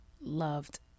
loved